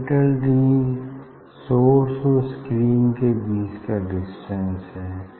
capital D source और screen के बीच का डिस्टेंस है